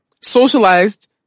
Socialized